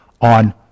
on